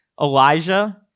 Elijah